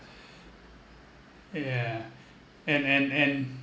yeah and and and